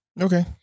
okay